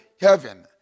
heaven